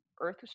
earth